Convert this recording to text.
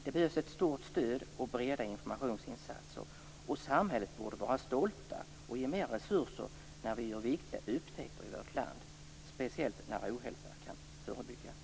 Det behövs ett stort stöd och breda informationsinsatser. Samhället borde vara stolt och ge mer resurser när vi gör viktiga upptäckter i vårt land, speciellt när ohälsa kan förebyggas.